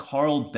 Carl